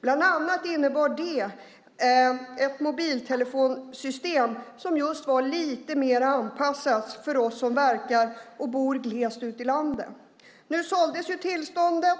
Bland annat innebar det ett mobiltelefonsystem som var lite mer anpassat för oss som verkar och bor i glesbygd i landet. För ett antal år sedan såldes tillståndet